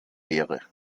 wäre